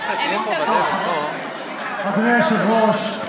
אדוני היושב-ראש,